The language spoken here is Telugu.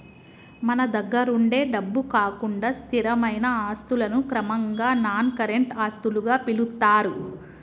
మన దగ్గరుండే డబ్బు కాకుండా స్థిరమైన ఆస్తులను క్రమంగా నాన్ కరెంట్ ఆస్తులుగా పిలుత్తారు